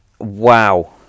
Wow